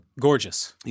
Gorgeous